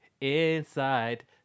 inside